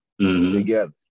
together